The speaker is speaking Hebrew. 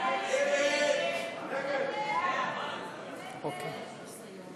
ההסתייגות